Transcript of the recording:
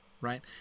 right